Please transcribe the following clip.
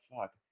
fuck